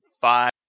five